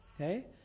Okay